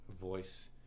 voice